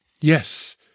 Yes